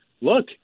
look